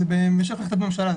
זה בהמשך להחלטת ממשלה,